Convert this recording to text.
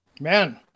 man